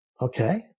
Okay